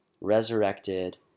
resurrected